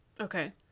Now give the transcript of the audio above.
Okay